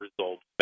results